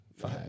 Five